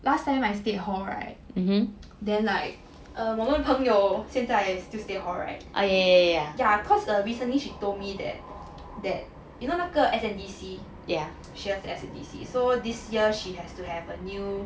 last time I stay at hall right then like 我们朋友现在 still stay hall right ya cause the recently she told me that that you know 那个 S_N_D_C ya she was in S_N_D_C so this year she has to have a new